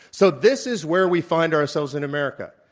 so, this is where we find ourselves in america.